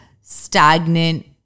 stagnant